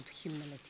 humility